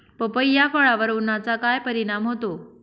पपई या फळावर उन्हाचा काय परिणाम होतो?